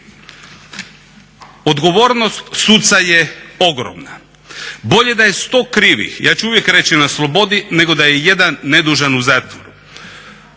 Odgovornost suca je ogromna. Bolje je da je sto krivih, ja ću uvijek reći na slobodi, nego da je jedan nedužan u zatvoru.